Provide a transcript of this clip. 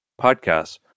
podcasts